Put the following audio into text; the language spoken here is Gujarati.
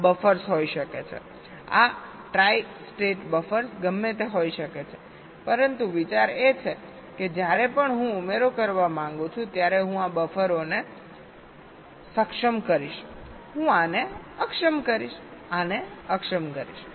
આ બફર્સ હોઈ શકે છે આ ટ્રાઈ સ્ટેટ બફર્સ ગમે તે હોઈ શકે છે પરંતુ વિચાર એ છે કે જ્યારે પણ હું ઉમેરો કરવા માંગુ છું ત્યારે હું આ બફરોને સક્ષમ કરીશહું આને અક્ષમ કરીશ આને અક્ષમ કરીશ